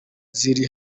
ziri